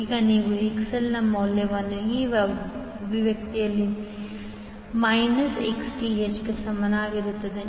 ಈಗ ನೀವು XL ನ ಮೌಲ್ಯವನ್ನು ಈ ಅಭಿವ್ಯಕ್ತಿಯಲ್ಲಿ ಮೈನಸ್ Xth ಗೆ ಸಮಾನವಾಗಿರುತ್ತದೆ